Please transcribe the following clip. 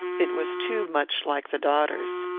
it was too much like the daughter's.